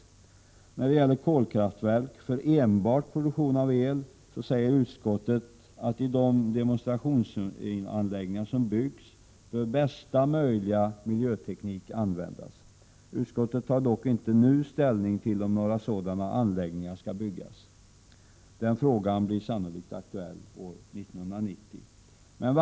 Utskottet säger att bästa möjliga miljöteknik skall användas i de demonstrationsanläggningar avseende kolkraftverk som byggs för enbart produktion av el. Utskottet tar dock inte nu ställning till om några sådana anläggningar skall byggas. Den frågan blir sannolikt aktuell år 1990.